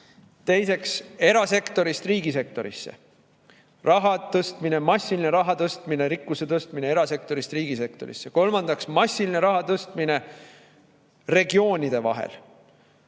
Teiseks, erasektorist riigisektorisse raha tõstmine, massiline raha tõstmine, rikkuse tõstmine erasektorist riigisektorisse. Kolmandaks, massiline raha tõstmine regioonide vahel.